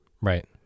Right